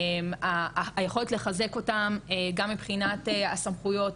היכולת לחזק אותם גם מבחינת הסמכויות,